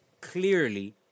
clearly